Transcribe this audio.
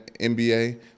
NBA